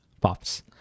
Pops